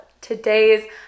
today's